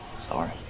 Sorry